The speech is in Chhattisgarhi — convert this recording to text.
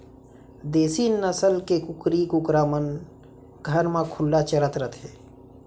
देसी नसल के कुकरी कुकरा मन घर म खुल्ला चरत रथें